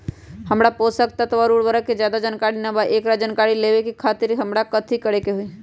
हमरा पोषक तत्व और उर्वरक के ज्यादा जानकारी ना बा एकरा जानकारी लेवे के खातिर हमरा कथी करे के पड़ी?